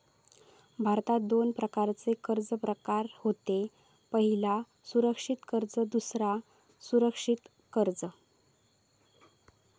भारतात दोन प्रकारचे कर्ज प्रकार होत पह्यला सुरक्षित कर्ज दुसरा असुरक्षित कर्ज